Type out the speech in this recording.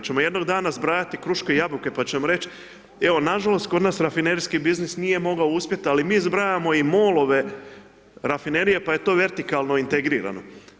Hoćemo jednog dana zbrajati kruške i jabuke pa ćemo reći evo nažalost kod nas rafinerijski biznis nije mogao uspjeti ali mi zbrajamo i MOL-ove rafinerije pa je to vertikalno integrirano.